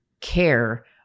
care